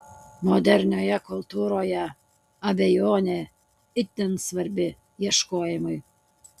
modernioje kultūroje abejonė itin svarbi ieškojimui